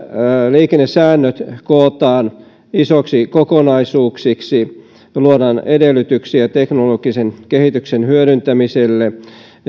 liikennesäännöt kootaan isoiksi kokonaisuuksiksi luodaan edellytyksiä teknologisen kehityksen hyödyntämiselle